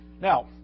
now